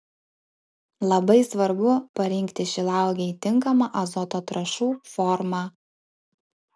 labai svarbu parinkti šilauogei tinkamą azoto trąšų formą